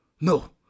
No